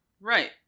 right